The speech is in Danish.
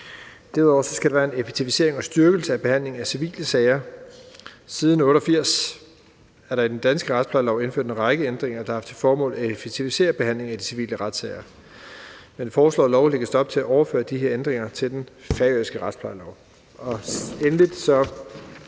Derudover skal der være en effektivisering og styrkelse af behandlingen af civile sager. Siden 1988 er der i den danske retsplejelov indført en række ændringer, der har til formål at effektivisere behandlingen af de civile retssager. Med lovforslaget lægges der op til at overføre de her ændringer til den færøske retsplejelov.